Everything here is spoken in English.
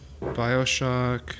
Bioshock